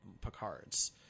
Picard's